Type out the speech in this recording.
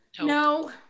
no